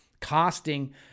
casting